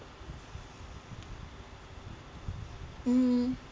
mm